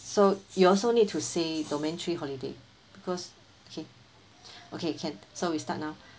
so you also need to say domain three holiday because okay okay can so we start now